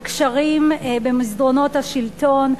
על קשרים במסדרונות השלטון,